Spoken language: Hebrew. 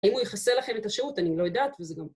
אם הוא יכסה לכם את השירות, אני לא יודעת, וזה גם...